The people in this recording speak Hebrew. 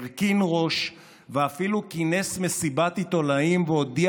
הרכין ראש ואפילו כינס מסיבת עיתונאים והודיע